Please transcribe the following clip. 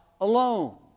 alone